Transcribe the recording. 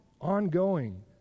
ongoing